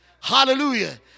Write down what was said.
Hallelujah